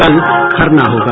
कल खरना होगा